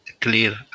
clear